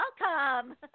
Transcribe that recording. welcome